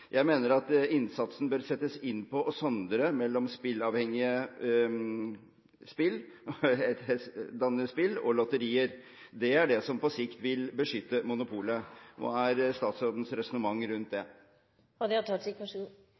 Jeg mener at innsatsen bør settes inn på å sondre mellom spilleavhengigdannende spill og lotterier. Det er det som på sikt vil beskytte monopolet. Hva er statsrådens resonnement rundt